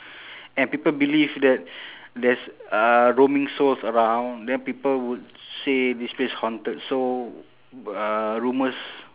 and people believe that there's uh roaming souls around then people would say this place haunted so uh rumours